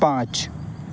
پانچ